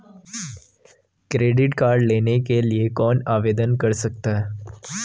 Credit card लेने के लिए कौन आवेदन कर सकता है?